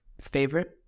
favorite